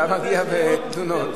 אתה מגיע בתלונות?